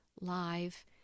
Live